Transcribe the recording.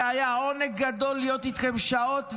זה היה עונג גדול להיות איתכם שעות,